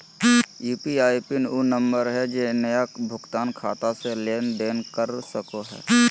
UPI pin उ number हइ जे नया भुगतान खाता से लेन देन कर सको हइ